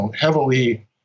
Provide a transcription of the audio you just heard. heavily